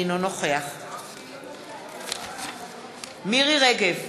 אינו נוכח מירי רגב,